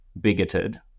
bigoted